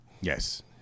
Yes